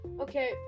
okay